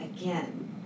again